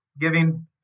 giving